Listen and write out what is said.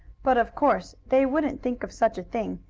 but of course they wouldn't think of such a thing,